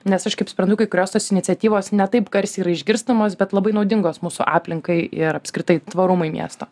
nes aš kaip suprantu kai kurios tos iniciatyvos ne taip garsiai ir išgirstamos bet labai naudingos mūsų aplinkai ir apskritai tvarumui miesto